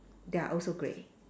they are also grey